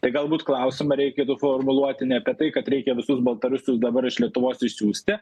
tai galbūt klausimą reikėtų formuluoti ne apie tai kad reikia visus baltarusius dabar iš lietuvos išsiųsti